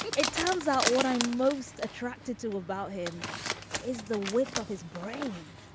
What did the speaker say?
it turns out what i'm most attracted to about him is the width of his brain